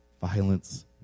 Violence